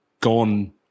gone